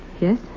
Yes